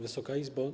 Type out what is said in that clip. Wysoka Izbo!